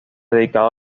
dedicado